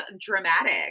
dramatic